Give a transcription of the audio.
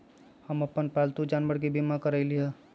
हम अप्पन पालतु जानवर के बीमा करअलिअई